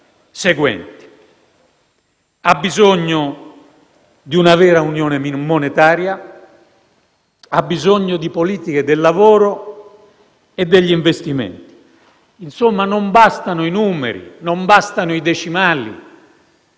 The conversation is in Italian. crescita ha bisogno di una vera unione monetaria, di politiche del lavoro e degli investimenti. Insomma, non bastano i numeri e non bastano i decimali.